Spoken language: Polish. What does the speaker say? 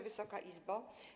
Wysoka Izbo!